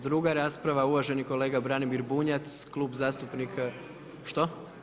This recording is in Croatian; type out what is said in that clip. Druga rasprava, uvaženi kolega Branimir Bunjac, Klub zastupnika… … [[Upadica se ne razumije.]] Što?